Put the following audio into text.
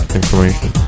information